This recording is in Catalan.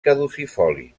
caducifolis